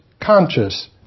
conscious